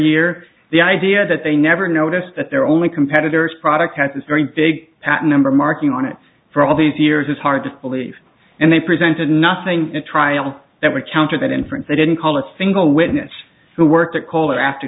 year the idea that they never noticed that their only competitors product at this very big patent number marking on it for all these years is hard to believe and they presented nothing at trial that we counter that inference they didn't call a single witness who worked that color after